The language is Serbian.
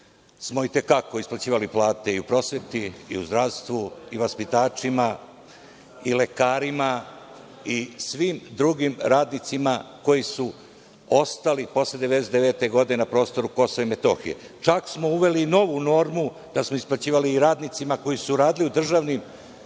smo itekako isplaćivali plate u prosveti, i u zdravstvu i vaspitačima i lekarima i svim drugim radnicima koji su ostali posle 1999. godine na prostoru KiM. Čak smo uveli i novu normu da smo isplaćivali i radnicima koji su radili u državnim